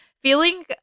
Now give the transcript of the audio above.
Feeling